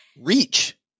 reach